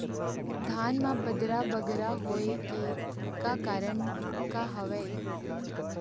धान म बदरा बगरा होय के का कारण का हवए?